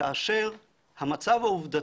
כאשר המצב העובדתי,